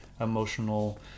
emotional